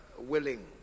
willing